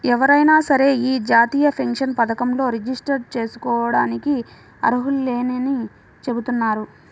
ఎవరైనా సరే యీ జాతీయ పెన్షన్ పథకంలో రిజిస్టర్ జేసుకోడానికి అర్హులేనని చెబుతున్నారు